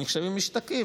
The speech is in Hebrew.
הם נחשבים משתקעים,